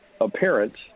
appearance